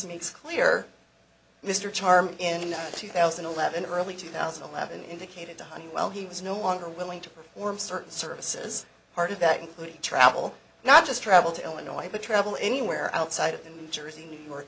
makes clear mr charm in two thousand and eleven early two thousand and eleven indicated to honeywell he was no longer willing to perform certain services part of that including travel not just travel to illinois but travel anywhere outside of new jersey new york